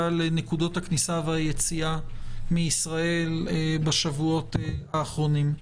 לנקודות הכניסה והיציאה מישראל בשבועות האחרונים.